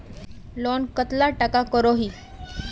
Loan कतला टाका करोही?